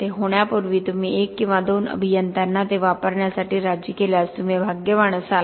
ते होण्यापूर्वी तुम्ही 1 किंवा 2 अभियंत्यांना ते वापरण्यासाठी राजी केल्यास तुम्ही भाग्यवान असाल